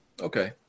Okay